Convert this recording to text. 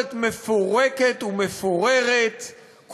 התקשורת מפורקת ומפוררת,